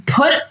put